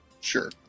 Sure